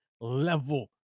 level